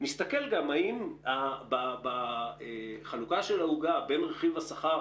נסתכל גם אם בחלוקה של העוגה בין רכיב השכר